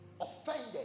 Offended